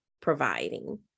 providing